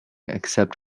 except